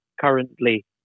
currently